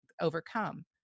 Overcome